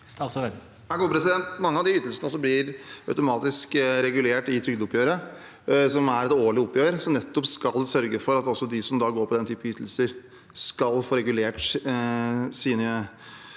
Man- ge av de ytelsene blir automatisk regulert i trygdeoppgjøret, som er et årlig oppgjør som nettopp skal sørge for at også de som går på den typen ytelser, skal få regulert sin